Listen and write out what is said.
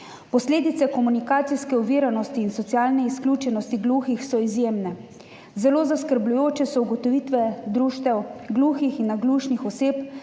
Posledice komunikacijske oviranosti in socialne izključenosti gluhih so izjemne. Zelo zaskrbljujoče so ugotovitve društev gluhih in naglušnih oseb,